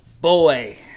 boy